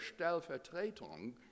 stellvertretung